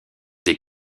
des